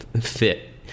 fit